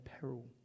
peril